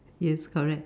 yes correct